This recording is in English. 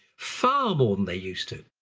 far more than they used to.